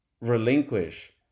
relinquish